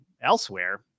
elsewhere